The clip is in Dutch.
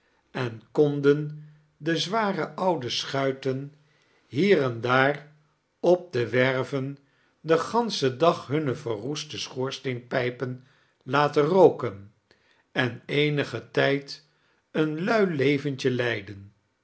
en konden de zware oude schuiten hier en daar op de werven den ganschen dag hunme verroeste schoorsteenpijpen laten rooken an eenigen tijd een lui leventje lijdem